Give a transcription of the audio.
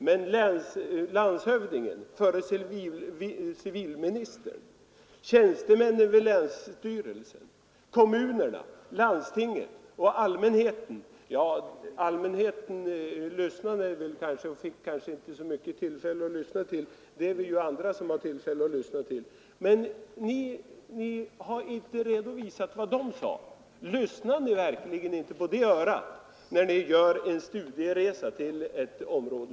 Men vad landshövdingen, alltså förre civilministern, tjänstemännen vid länsstyrelsen, kommunerna, landstinget och allmänheten sade har ni inte redovisat. Lyssnar ni verkligen inte på det örat, när ni gör en studieresa till ett område?